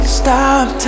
stop